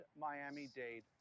Miami-Dade